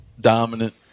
dominant